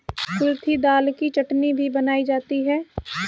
कुल्थी दाल की चटनी भी बनाई जाती है